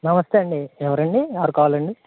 నమస్తే అండి ఎవరండి ఎవరు కావాలండి